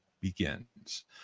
begins